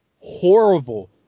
horrible